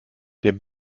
der